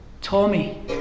Tommy